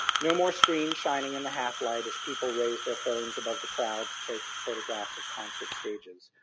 no more screen shining in the half-light as people raised their phones above the crowd to take photographs of concert stages.